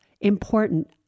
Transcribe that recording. important